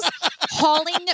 hauling